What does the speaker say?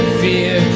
fear